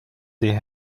they